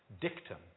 dictum